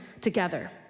together